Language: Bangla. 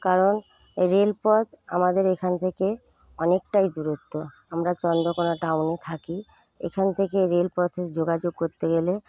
কারণ রেলপথ আমাদের এখান থেকে অনেকটাই দূরত্ব আমরা চন্দ্রকোনা টাউনে থাকি এখান থেকে রেলপথে যোগাযোগ করতে গেলে